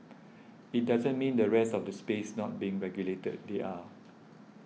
it doesn't mean the rest of the space not being regulated they are